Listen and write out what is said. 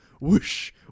whoosh